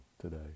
today